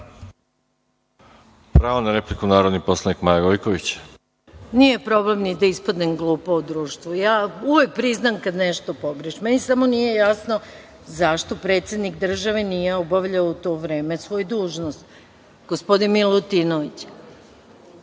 Pravo na repliku, narodni poslanik Maja Gojković. **Maja Gojković** Nije problem ni da ispadnem glupa u društvu. Ja uvek priznam kada nešto pogrešim. Meni samo nije jasno - zašto predsednik države nije obavljao u to vreme svoju dužnost, gospodin Milutinović?